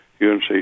UNC